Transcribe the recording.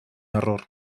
error